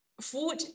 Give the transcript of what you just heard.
food